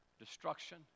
Destruction